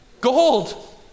gold